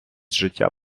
життя